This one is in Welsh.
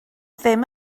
ddim